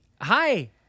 hi